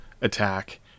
attack